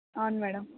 అవును మేడం